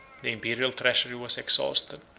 the imperial treasury was exhausted,